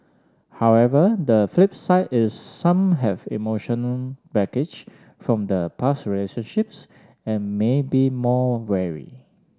however the flip side is some have emotional baggage from the past research trips and may be more wary